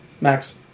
Max